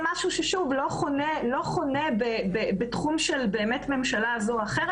זה משהו שלא חונה בתחום של באמת ממשלה זו או אחרת.